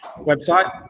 website